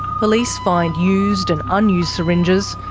police find used and unused syringes,